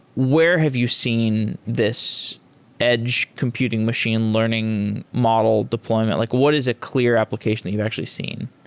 where have you seen this edge computing machine learning model deployment? like what is a clear application that you've actually seen?